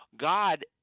God